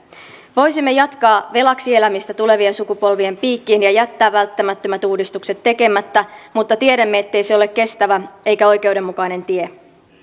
voisimme jatkaa velaksi elämistä tulevien sukupolvien piikkiin ja jättää välttämättömät uudistukset tekemättä mutta tiedämme ettei se ole kestävä eikä oikeudenmukainen tie